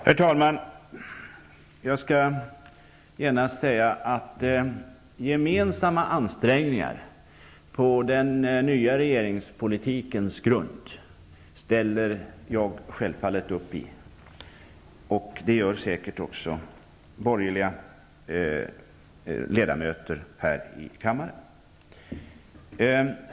Herr talman! Gemensamma ansträngningar på den nya regeringspolitikens grund ställer jag självfallet upp för, och det gör säkert också borgerliga ledamöter här i kammaren.